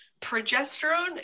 Progesterone